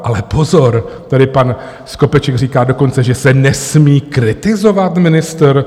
Ale pozor, tady pan Skopeček říká dokonce, že se nesmí kritizovat ministr?